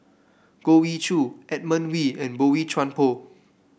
Goh Ee Choo Edmund Wee and Boey Chuan Poh